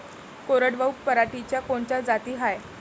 कोरडवाहू पराटीच्या कोनच्या जाती हाये?